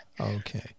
Okay